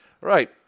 Right